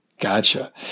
Gotcha